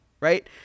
Right